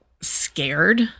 scared